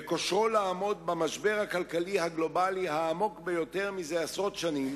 וכושרו לעמוד במשבר הכלכלי הגלובלי העמוק ביותר זה עשרות שנים,